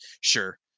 Sure